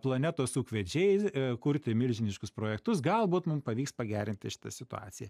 planetos ūkvedžiai e kurti milžiniškus projektus galbūt mum pavyks pagerinti šitą situaciją